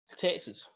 Texas